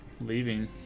leaving